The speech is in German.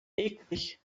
eklig